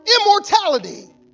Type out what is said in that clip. immortality